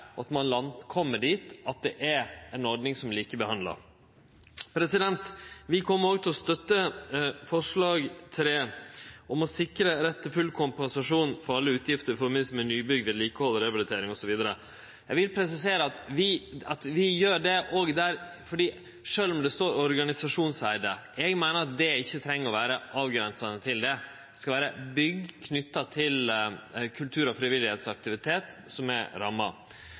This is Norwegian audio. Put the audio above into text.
at ein kjem dit, og at det er ei ordning som likebehandlar. Vi kjem òg til å støtte forslag nr. 3, om å «sikre rett til full kompensasjon for alle utgifter i forbindelse med nybygg, vedlikehold og rehabilitering», osv. Eg vil presisere at vi gjer det, sjølv om det står «organisasjonseide». Eg meiner at det ikkje treng å vere avgrensa til det. Det skal vere bygg knytt til kultur- og frivilligheitsaktivitet, som er ramma.